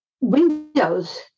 windows